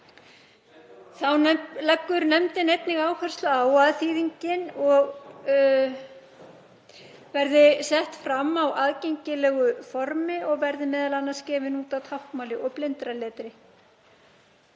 Þá leggur nefndin einnig áherslu á að þýðingin verði sett fram á aðgengilegu formi og verði m.a. gefin út á táknmáli og blindraletri.